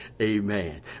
Amen